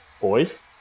Boys